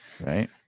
Right